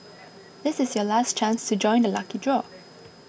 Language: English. this is your last chance to join the lucky draw